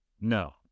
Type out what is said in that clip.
No